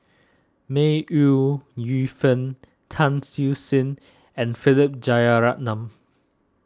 May Ooi Yu Fen Tan Siew Sin and Philip Jeyaretnam